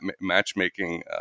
matchmaking